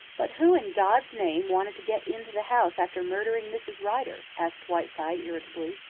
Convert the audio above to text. but who in god's name wanted to get into the house after murdering mrs. rider? asked whiteside irritably.